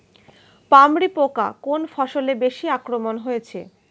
পামরি পোকা কোন ফসলে বেশি আক্রমণ হয়েছে?